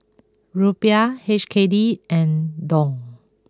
Rupiah H K D and Dong